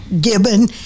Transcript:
gibbon